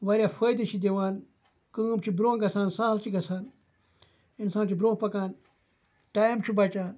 واریاہ فٲیدٕ چھِ دِوان کٲم چھِ بروںٛہہ گژھان سہل چھِ گژھان اِنسان چھِ بروںٛہہ پَکان ٹایم چھُ بَچان